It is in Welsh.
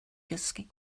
gysgu